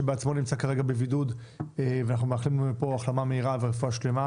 שבעצמו נמצא כרגע בבידוד ואנחנו מאחלים לו מפה החלמה מהירה ורופאה שלמה,